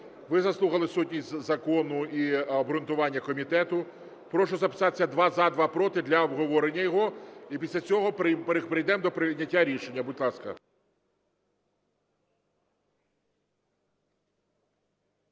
ви заслухали суть закону і обґрунтування комітету. Прошу записатися: два – за, два – проти для обговорення його. І після цього перейдемо до прийняття рішення. Будь ласка.